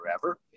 forever